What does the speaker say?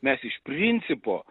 mes iš principo